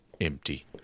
empty